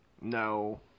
No